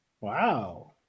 Wow